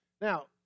Now